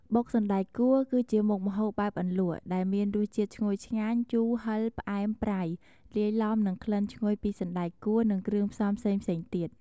បុកសណ្តែកគួរ គឺជាមុខម្ហូបបែបអន្លក់ ដែលមានរសជាតិឈ្ងុយឆ្ងាញ់ ជូរ ហឹរ ផ្អែម ប្រៃ លាយឡំនឹងក្លិនឈ្ងុយពីសណ្ដែកគួរនិងគ្រឿងផ្សំផ្សេងៗទៀត។